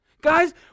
Guys